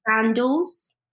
sandals